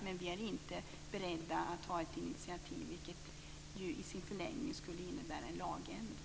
Men vi är inte beredda att ta ett initiativ, vilket ju i sin förlängning skulle innebära en lagändring.